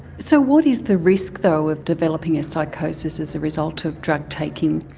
so what is the risk though of developing a psychosis as a result of drug-taking?